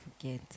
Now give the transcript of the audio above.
forget